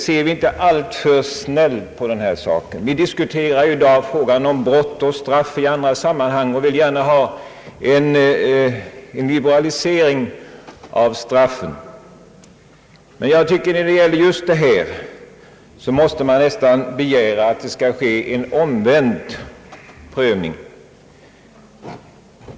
Ser vi inte alltför snällt på denna sak? Vi diskuterar frågan om brott och straff i andra sammanhang och vill gärna ha en liberalisering av straffen, men jag tycker att när det gäller just dessa brott, måste man begära en omprövning.